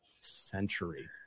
century